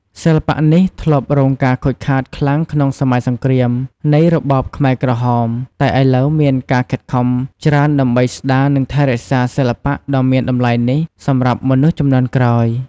សិល្បៈនេះធ្លាប់រងការខូចខាតខ្លាំងក្នុងសម័យសង្គ្រាមនៃរបបខ្មែរក្រហម តែឥឡូវ មានការខិតខំច្រើនដើម្បីស្ដារនិងថែរក្សាសិល្បៈដ៏មានតម្លៃនេះ សម្រាប់មនុស្សជំនាន់ក្រោយ។